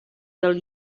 del